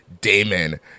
damon